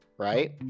Right